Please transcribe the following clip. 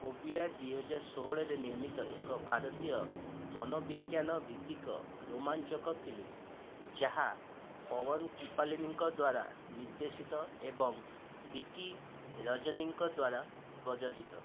'phobia' ଦୁଇହଜାର ଷୋହଳରେ ନିର୍ମିତ ଏକ ଭାରତୀୟ ମନୋବିଜ୍ଞାନ ଭିତ୍ତିକ ରୋମାଞ୍ଚକ ଫିଲ୍ମ ଯାହା ପୱନ କିର୍ପାଲାନୀଙ୍କ ଦ୍ଵାରା ନିର୍ଦ୍ଦେଶିତ ଏବଂ ଭିକି ରଜନୀଙ୍କ ଦ୍ଵାରା ପ୍ରଯୋଜିତ